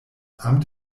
amt